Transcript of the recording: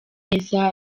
neza